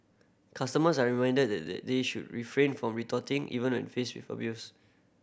customers are reminded that they they should refrain from retorting even when faced with abuse